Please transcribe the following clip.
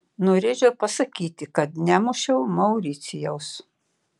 norėčiau pasakyti kad nemušiau mauricijaus